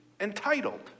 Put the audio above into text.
entitled